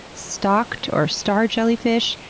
stalked or star jellyfish,